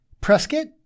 Prescott